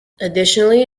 additionally